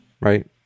right